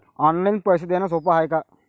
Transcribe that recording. Online पैसे देण सोप हाय का?